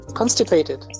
constipated